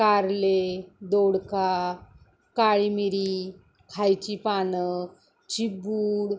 कारले दोडका काळी मिरी खायची पानं चिबूड